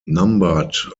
numbered